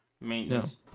maintenance